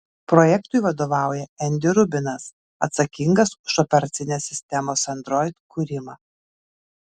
projektui vadovauja andy rubinas atsakingas už operacinės sistemos android kūrimą